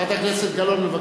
חברת הכנסת גלאון מבקשת ממך.